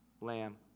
lamb